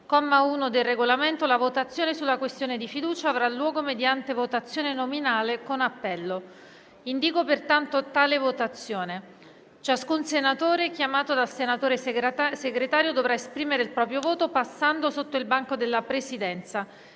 1, del Regolamento, la votazione sulla questione di fiducia avrà luogo mediante votazione nominale con appello. Ciascun senatore chiamato dal senatore Segretario dovrà esprimere il proprio voto passando innanzi al banco della Presidenza.